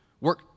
work